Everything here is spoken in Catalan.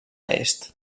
est